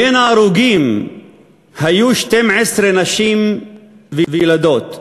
בין ההרוגים היו 12 נשים וילדות,